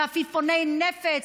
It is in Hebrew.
בעפיפוני נפץ.